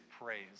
praise